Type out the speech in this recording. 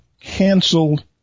canceled